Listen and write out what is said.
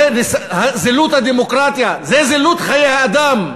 זה זילות הדמוקרטיה, זה זילות חיי האדם.